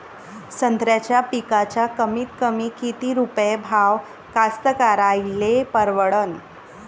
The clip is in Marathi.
संत्र्याचा पिकाचा कमीतकमी किती रुपये भाव कास्तकाराइले परवडन?